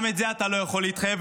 גם על זה אתה לא יכול להתחייב.